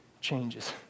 changes